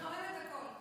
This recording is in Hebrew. אני מחממת את הקול.